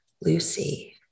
Lucy